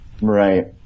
right